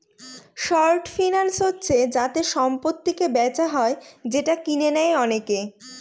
short finance হচ্ছে যাতে সম্পত্তিকে বেচা হয় যেটা কিনে নেয় অনেকে